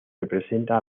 representa